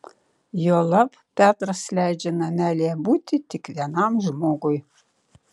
juolab petras leidžia namelyje būti tik vienam žmogui